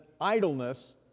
idleness